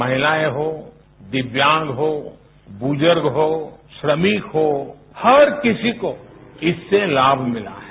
महिलाएं हों दिव्यांग हो बुजुर्ग हो श्रमिक हो हर किसी को इससे लाभ मिला है